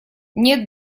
нет